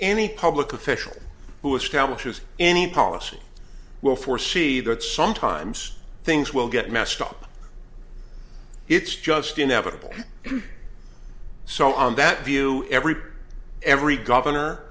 any public official who establishes any policy will foresee that sometimes things will get messed up it's just inevitable so on that view every every governor